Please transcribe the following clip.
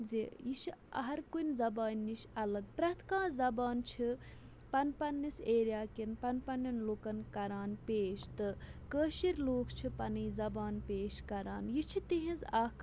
زِ یہِ چھِ ہر کُنہِ زبانہِ نِش الگ پرٛٮ۪تھ کانٛہہ زبان چھِ پَن پَنٛنِس ایریا کٮ۪ن پَن پَنٛنٮ۪ن لُکَن کَران پیش تہٕ کٲشِر لوٗکھ چھِ پَنٕنۍ زبان پیش کَران یہِ چھِ تِہنٛز اَکھ